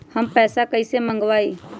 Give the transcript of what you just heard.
हम पैसा कईसे मंगवाई?